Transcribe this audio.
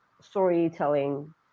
storytelling